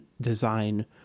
design